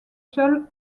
sol